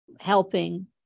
helping